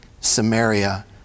Samaria